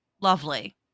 Lovely